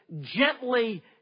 gently